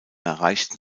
erreichten